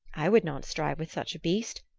i would not strive with such a beast.